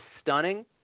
stunning